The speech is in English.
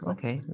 Okay